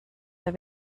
der